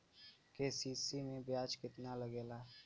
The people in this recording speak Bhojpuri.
के.सी.सी में ब्याज कितना लागेला?